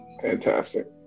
Fantastic